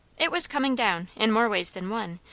it was coming down, in more ways than one,